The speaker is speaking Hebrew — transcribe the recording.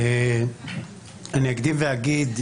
אקדים ואגיד,